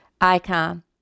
icon